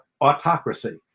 autocracy